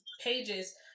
pages